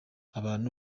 abandi